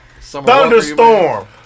thunderstorm